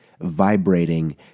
vibrating